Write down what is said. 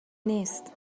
نیست